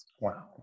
Wow